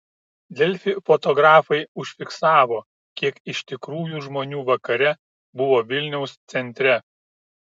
delfi fotografai užfiksavo kiek iš tikrųjų žmonių vakare buvo vilniaus centre